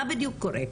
מה בדיוק קורה?